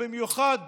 ובמיוחד